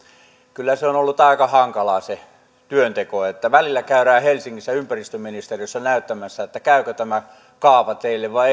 kyllä on ollut aika hankalaa se työnteko kun välillä käydään helsingissä ympäristöministeriössä näyttämässä käykö tämä kaava teille vai